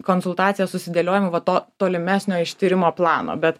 konsultacijos susidėliojimui va to tolimesnio ištyrimo plano bet